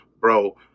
bro